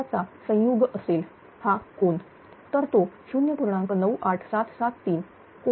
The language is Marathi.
तर तो 0